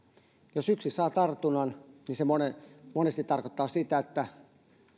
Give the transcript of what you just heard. jos yksi saa tartunnan niin se monesti tarkoittaa sitä että